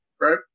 right